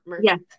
Yes